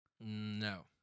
No